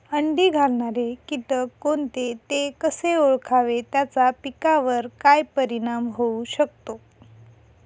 अंडी घालणारे किटक कोणते, ते कसे ओळखावे त्याचा पिकावर काय परिणाम होऊ शकतो?